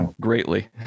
greatly